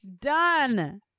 done